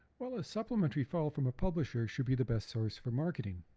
while a supplementary file from a publisher should be the best source for marketing.